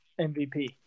MVP